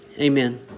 Amen